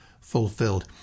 fulfilled